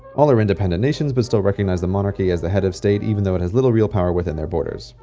all are independent nations, but still recognize the monarchy as the head of state even though it has little real power within their borders.